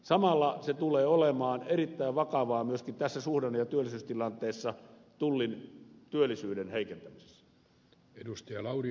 samalla se tulee olemaan erittäin vakavaa myöskin tässä suhdanne ja työllisyystilanteessa tullin työllisyyden heikentämisessä